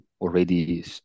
already